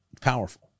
Powerful